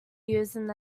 used